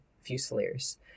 Fusiliers